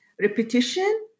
repetition